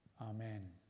Amen